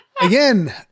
again